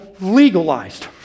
legalized